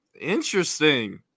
Interesting